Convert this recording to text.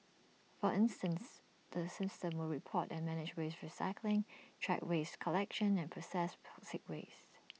for instance the system will report and manage waste recycling track waste collection and processed toxic waste